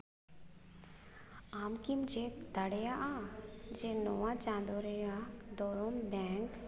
ᱟᱢᱠᱤᱢ check ᱫᱟᱲᱮᱭᱟᱜᱼᱟ ᱡᱮ ᱱᱚᱣᱟ ᱪᱟᱸᱫᱚ ᱨᱮᱱᱟᱜ ᱫᱚᱨᱚᱱ ᱵᱮᱝᱠ